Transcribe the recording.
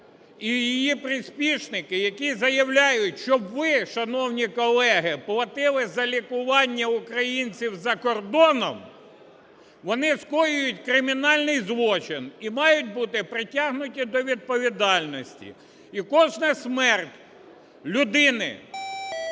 і її приспішники, які заявляють, щоб ви, шановні колеги, платили за лікування українців за кордоном, вони скоюють кримінальний злочин і мають бути притягнуті до відповідальності. І кожна смерть людини,